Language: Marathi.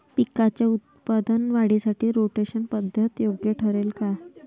पिकाच्या उत्पादन वाढीसाठी रोटेशन पद्धत योग्य ठरेल का?